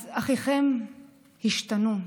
אז אחיכם השתנו.